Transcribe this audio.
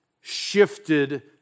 shifted